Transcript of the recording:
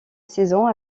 saison